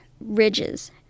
ridges